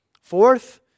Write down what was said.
Fourth